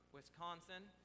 Wisconsin